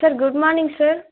sir good மானிங் sir